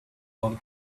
all